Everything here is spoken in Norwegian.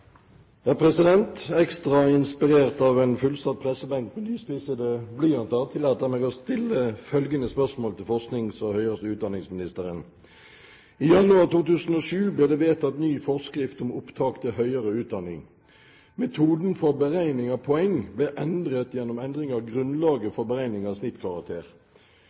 Ekstra inspirert av en fullsatt pressebenk med nyspissede blyanter tillater jeg meg å stille følgende spørsmål til forsknings- og høyere utdanningsministeren: «I januar 2007 ble det vedtatt ny forskrift om opptak til høyere utdanning. Metoden for beregning av poeng ble endret gjennom endring av grunnlaget for beregning av snittkarakter.